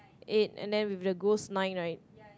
eight and then with the ghost nine right